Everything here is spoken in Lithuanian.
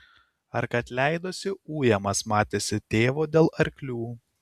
ar kad leidosi ujamas matėsi tėvo dėl arklių